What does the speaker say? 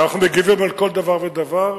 ואנחנו מגיבים על כל דבר ודבר,